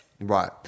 Right